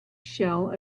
shell